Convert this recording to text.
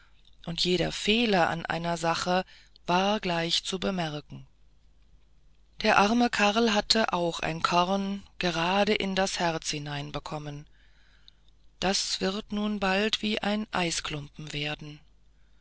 und jeder fehler an einer sache war gleich zu bemerken der arme karl hatte auch ein korn gerade in das herz hinein bekommen das wird nun bald wie ein eisklumpen werden